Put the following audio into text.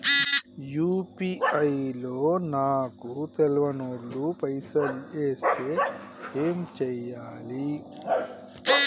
UPI లో నాకు తెల్వనోళ్లు పైసల్ ఎస్తే ఏం చేయాలి?